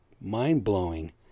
mind-blowing